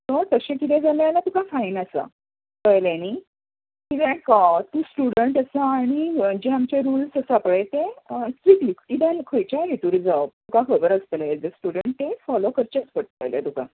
so तशें कितें जालें जाल्यार तुका फायन आसा कळ्ळें न्ही सो तूं स्टुडंट आसा आनी जे आमचे रुल्स आसा पय तें स्ट्रिकलीडायल खंयच्याय हितूर जांव तुका खबर आसतले एज अ स्टुडंट ते फाॅलो करचेच पडटले तुका